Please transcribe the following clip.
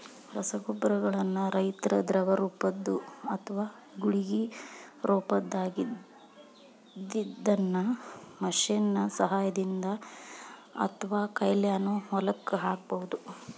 ರಸಗೊಬ್ಬರಗಳನ್ನ ರೈತಾ ದ್ರವರೂಪದ್ದು ಅತ್ವಾ ಗುಳಿಗಿ ರೊಪದಾಗಿದ್ದಿದ್ದನ್ನ ಮಷೇನ್ ನ ಸಹಾಯದಿಂದ ಅತ್ವಾಕೈಲೇನು ಹೊಲಕ್ಕ ಹಾಕ್ಬಹುದು